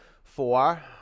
Four